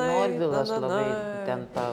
norvilas labai ten tą